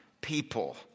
people